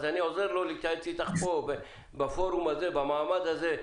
אז אני עוזר לו להתייעץ איתך פה במעמד הזה.